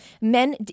men